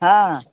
ହଁ